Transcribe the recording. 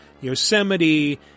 Yosemite